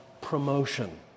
promotion